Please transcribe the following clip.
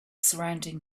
surrounding